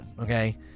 okay